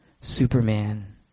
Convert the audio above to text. Superman